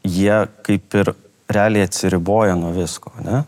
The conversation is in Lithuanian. jie kaip ir realiai atsiriboja nuo visko ane